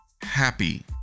happy